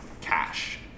cash